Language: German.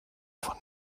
von